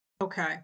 Okay